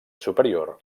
superior